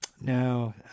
No